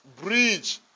bridge